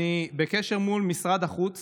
אני בקשר מול משרד החוץ